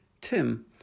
Tim